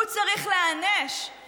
הוא צריך להיענש,